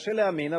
קשה להאמין,